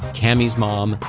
cami's mom,